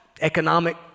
economic